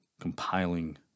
compiling